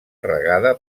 regada